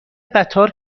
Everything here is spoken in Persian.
قطار